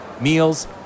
meals